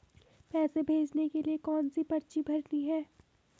पैसे भेजने के लिए कौनसी पर्ची भरनी है?